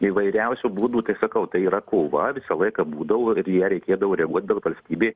įvairiausių būdų tai sakau tai yra kova visą laiką būdavo ir į ją reikėdavo reaguot bet valstybė